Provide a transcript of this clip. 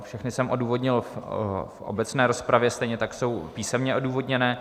Všechny jsem odůvodnil v obecné rozpravě, stejně tak jsou písemně odůvodněné.